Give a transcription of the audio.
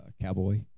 cowboy